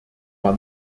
war